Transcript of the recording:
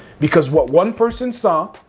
because what one person saw,